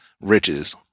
riches